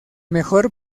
mejor